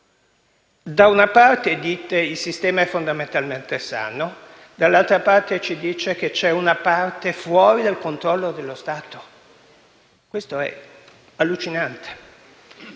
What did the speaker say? Da una parte dite che il sistema è fondamentalmente sano e dall'altra parte ci dite che c'è una parte fuori dal controllo dello Stato. Questo è allucinante.